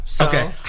Okay